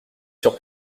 sur